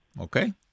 Okay